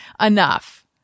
enough